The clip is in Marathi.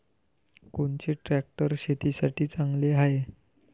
कोनचे ट्रॅक्टर शेतीसाठी चांगले हाये?